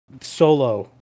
solo